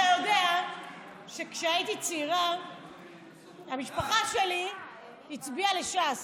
אתה יודע שכשהייתי צעירה המשפחה שלי הצביעה לש"ס,